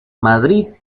madrid